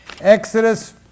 Exodus